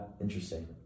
Interesting